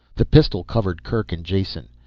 the pistol covered kerk and jason.